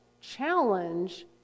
challenge